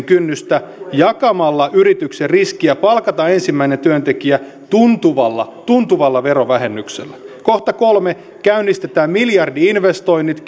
kynnystä jakamalla yrityksen riskiä palkata ensimmäinen työntekijä tuntuvalla tuntuvalla verovähennyksellä kolme käynnistetään miljardi investoinnit